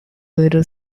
little